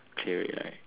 clear it right